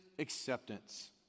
Acceptance